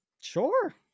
Sure